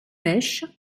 pêche